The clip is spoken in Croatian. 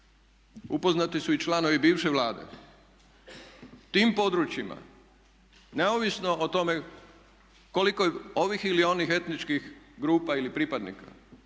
Upoznati su i članovi bivše Vlade. Tim područjima neovisno o tome koliko je ovih ili onih etničkih grupa ili pripadnika,